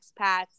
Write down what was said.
expats